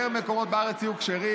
יותר מקומות בארץ יהיו כשרים,